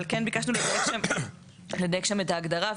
אבל כן ביקשנו לדייק שם את ההגדרה.